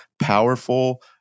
powerful